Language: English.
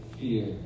fear